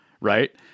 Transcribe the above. right